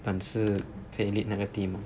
本事可以 lead 那个 team